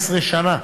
15 שנה.